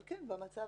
אבל במצב